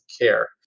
care